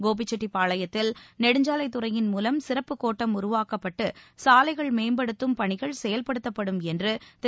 கோபிச்செட்டிப்பாளையத்தில் நெடுஞ்சாலைதுறையின் மூலம் சிறப்பு கோட்டம் உருவாக்கப்பட்டு சாலைகள் மேம்படுத்தும் பணிகள் செயல்படுத்தப்படும் என்று திரு